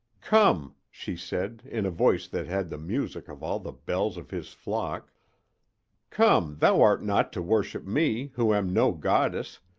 come, she said in a voice that had the music of all the bells of his flock come, thou art not to worship me, who am no goddess,